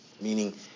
meaning